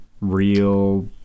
real